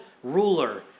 ruler